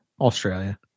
Australia